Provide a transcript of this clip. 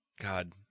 God